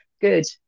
good